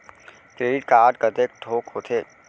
Credit card कतेक ठोक होथे?